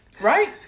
Right